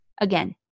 again